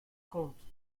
comptes